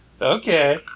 okay